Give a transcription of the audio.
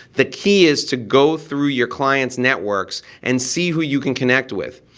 the key is to go through your clients' networks and see who you can connect with.